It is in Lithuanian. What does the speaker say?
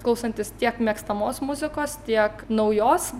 klausantis tiek mėgstamos muzikos tiek naujos